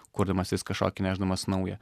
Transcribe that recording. kurdamas vis kažkokį nešdamas naują